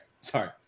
sorry